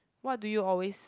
what do you always